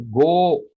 go